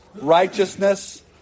righteousness